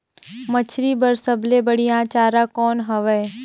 मछरी बर सबले बढ़िया चारा कौन हवय?